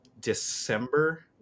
December